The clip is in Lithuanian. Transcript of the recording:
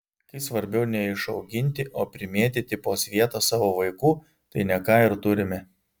kai svarbiau ne išauginti o primėtyti po svietą savo vaikų tai ne ką ir turime